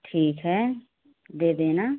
ठीक है दे देना